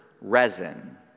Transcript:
resin